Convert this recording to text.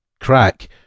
crack